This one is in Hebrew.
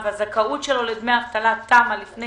ואף לאלה שזכאותם הסתיימה בתחילת 2020 עוד לפני